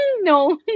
no